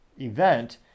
event